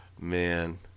man